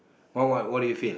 why why what do you feel